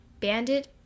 Bandit